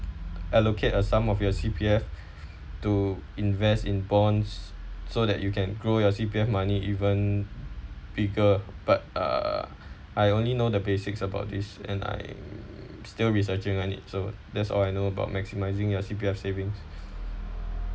allocate a sum of your C_P_F to invest in bonds so that you can grow your C_P_F money even bigger but uh I only know the basics about this and I still researching on it so that's all I know about maximizing your C_P_F savings